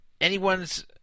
anyone's